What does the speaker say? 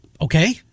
Okay